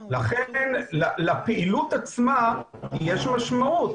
לפעילות עצמה יש משמעות.